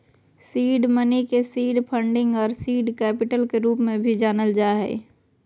seed money के seed funding आर seed capital के रूप में भी जानल जा हइ